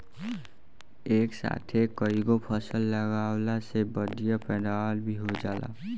एक साथे कईगो फसल लगावला से बढ़िया पैदावार भी हो जाला